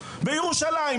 בירושלים,